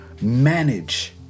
manage